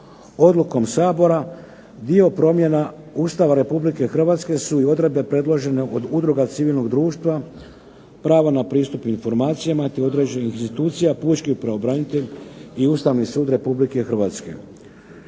odlukom Sabora dio promjena Ustava Republike Hrvatske su i odredbe predložene od udruga civilnog društva, prava na pristup informacijama, te određenih institucija, pučki pravobranitelj i Ustavni sud Republike Hrvatske.